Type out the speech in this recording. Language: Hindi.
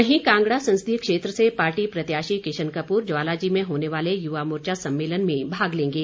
वहीं कांगड़ा संसदीय क्षेत्र से पार्टी प्रत्याशी किशन कपूर ज्वालाजी में होने वाले युवा मोर्चा सम्मेलन में भाग लेंगे